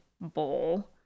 bowl